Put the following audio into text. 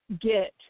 get